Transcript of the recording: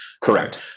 Correct